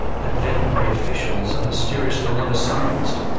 but veterinary officials are mysteriously never summonsed.